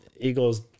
Eagles –